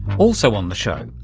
also on the show,